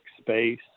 space